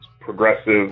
progressive